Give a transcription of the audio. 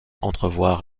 entrevoir